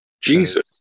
Jesus